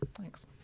Thanks